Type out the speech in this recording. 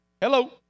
Hello